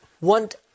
want